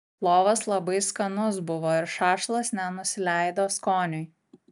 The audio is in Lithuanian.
plovas labai skanus buvo ir šašlas nenusileido skoniui